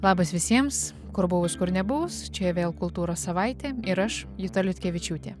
labas visiems kur buvus kur nebuvus čia vėl kultūros savaitė ir aš juta liutkevičiūtė